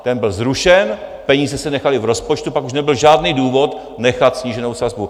Ten byl zrušen, peníze se nechaly v rozpočtu, pak už nebyl žádný důvod nechat sníženou sazbu.